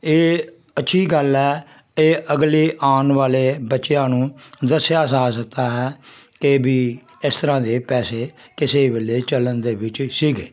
ਇਹ ਅੱਛੀ ਗੱਲ ਹੈ ਇਹ ਅਗਲੇ ਆਉਣ ਵਾਲੇ ਬੱਚਿਆਂ ਨੂੰ ਦੱਸਿਆ ਜਾ ਸਕਦਾ ਹੈ ਕਿ ਵੀ ਇਸ ਤਰ੍ਹਾਂ ਦੇ ਪੈਸੇ ਕਿਸੇ ਵੇਲੇ ਚੱਲਣ ਦੇ ਵਿੱਚ ਸੀਗੇ